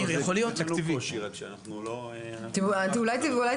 לא, אין לנו קושי, רק שאנחנו לא --- אולי תבדקו?